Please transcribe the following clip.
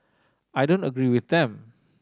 I don't agree with them